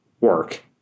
work